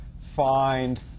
find